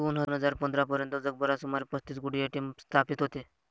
दोन हजार पंधरा पर्यंत जगभरात सुमारे पस्तीस कोटी ए.टी.एम स्थापित होते